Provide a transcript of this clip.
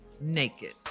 naked